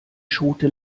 schote